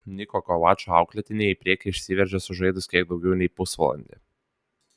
niko kovačo auklėtiniai į priekį išsiveržė sužaidus kiek daugiau nei pusvalandį